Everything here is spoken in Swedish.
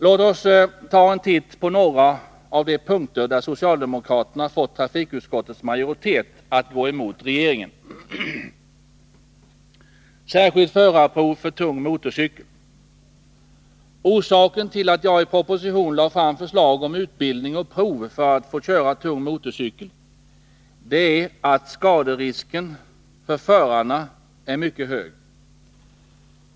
Låt oss se på några av de punkter där socialdemokraterna har fått trafikutskottets majoritet att gå emot regeringen. Det gäller punkten Särskilt förarprov för tung motorcykel. Orsaken till att jagi propositionen lade fram förslag om utbildning och prov för att man skall få köra tung motorcykel är att skaderisken för förarna är mycket hög.